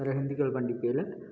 அப்புறம் ஹிந்துக்கள் பண்டிகையில்